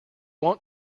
want